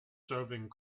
serving